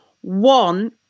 One